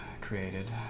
created